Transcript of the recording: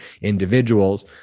individuals